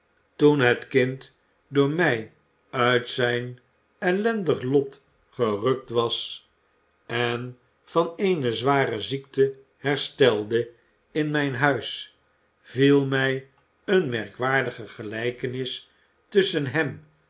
toen het kind door mij uit zijn ellendig lot gerukt was en van eene zware ziekte herstelde in mijn huis viel mij eene merkwaardige gelijkenis tusschen hem